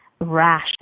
rash